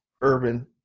urban